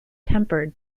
tempered